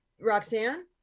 Roxanne